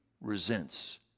resents